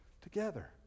together